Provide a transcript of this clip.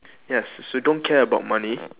yes so don't care about money